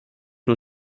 nun